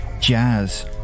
jazz